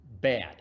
bad